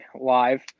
live